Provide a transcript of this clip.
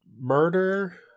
murder